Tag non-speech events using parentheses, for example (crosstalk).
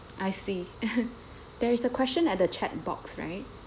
I see (laughs) there is a question at the chat box right